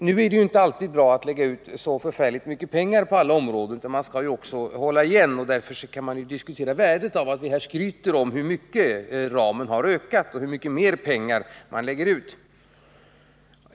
Nu är det inte alltid bra att lägga ut så förfärligt mycket pengar på alla områden, utan man skall också hålla igen, och därför kan man diskutera värdet av att vi här skryter om hur mycket ramen har ökat och hur mycket mer pengar man lägger ut.